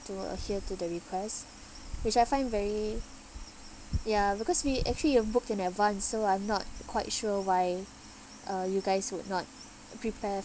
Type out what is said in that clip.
to adhere to the request which I find very ya because we actually have booked in advance so I'm not quite sure why uh you guys would not prepare